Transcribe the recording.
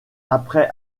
après